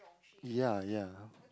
ya ya